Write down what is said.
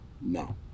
no